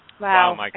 Wow